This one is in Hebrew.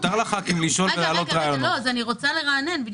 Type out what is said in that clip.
מותר לחברי הכנסת לשאול שאלות ולהעלות רעיונות.